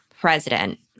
president